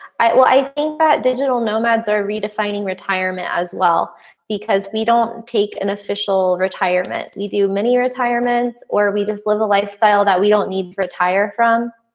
well, i think that digital nomads are redefining retirement as well because we don't take an official retirement. you do many retirements or we just live a lifestyle that we don't need retire from.